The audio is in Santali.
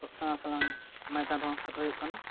ᱥᱮᱬᱟ ᱥᱮᱬᱟ ᱢᱚᱭᱫᱟᱱ ᱨᱮᱦᱚᱸ ᱥᱮᱴᱮᱨ ᱦᱩᱭᱩᱜ ᱠᱟᱱᱟ